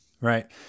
Right